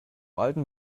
alten